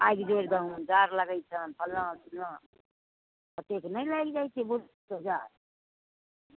आगि जोड़ि दहुन जाड़ लगैट छनि फल्लाँ चिल्लाँ कतेकऽ नहि लागि जाइत छै बूढ़ सूढ़ कऽ जाड़